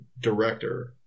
director